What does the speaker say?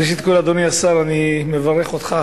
ראשית כול, אדוני השר, אני מברך אותך